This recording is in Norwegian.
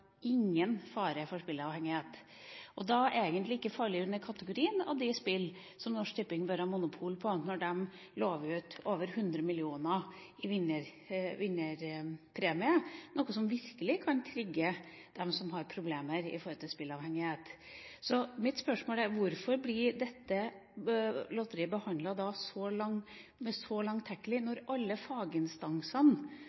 fare for spilleavhengighet, og da egentlig ikke faller inn under kategorien av de spill som Norsk Tipping bør ha monopol på – og de lover over 100 mill. kr i vinnerpremie, noe som virkelig kan trigge dem som har problemer med spilleavhengighet. Så mitt spørsmål er: Hvorfor blir dette lotteriet behandlet så